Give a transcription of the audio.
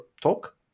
talk